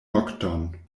nokton